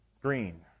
Green